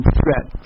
threat